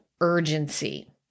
urgency